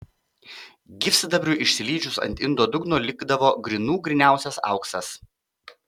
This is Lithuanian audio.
gyvsidabriui išsilydžius ant indo dugno likdavo grynų gryniausias auksas